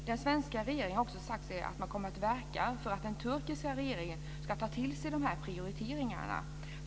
Den svenska regeringen har också sagt att man kommer att verka för att den turkiska regeringen ska ta till sig de prioriteringarna.